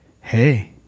hey